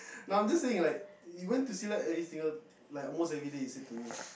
now this thing is like you went to Silat every single like almost everyday you say to me